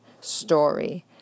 story